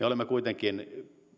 olemme kuitenkin